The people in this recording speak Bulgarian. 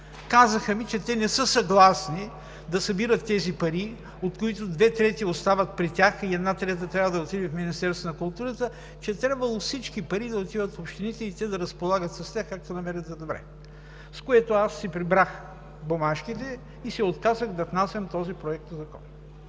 Казаха ми, че те не са съгласни да събират тези пари, от които две трети остават при тях, а една трета трябва да отиде в Министерството на културата и че трябвало всички пари да отиват в общините и те да разполагат с тях, както намерят за добре. С това аз си прибрах бумажките и се отказах да внасям този законопроект, за който,